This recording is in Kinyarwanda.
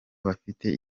bafite